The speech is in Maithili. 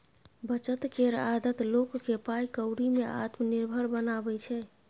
बचत केर आदत लोक केँ पाइ कौड़ी में आत्मनिर्भर बनाबै छै